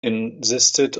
insisted